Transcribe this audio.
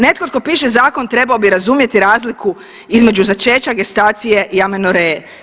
Netko tko piše zakon trebao bi razumjeti razliku između začeća, gestacije i amenoreje.